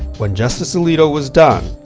when justice alito was done,